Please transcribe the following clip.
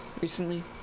recently